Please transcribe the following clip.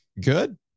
Good